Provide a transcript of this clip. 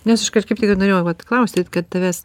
nes aš kažkaip tai norėjau vat klausti kad tavęs